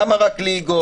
למה רק ליגות?